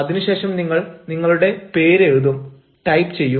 അതിനുശേഷം നിങ്ങൾ നിങ്ങളുടെ പേര് എഴുതും ടൈപ്പ് ചെയ്യും